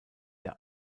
der